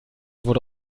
wurde